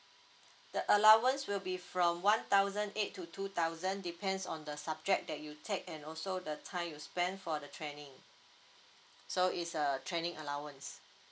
the allowance will be from one thousand eight to two thousand depends on the subject that you take and also the time you spend for the training so is a training allowance